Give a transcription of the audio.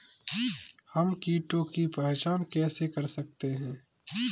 हम कीटों की पहचान कैसे कर सकते हैं?